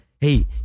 Hey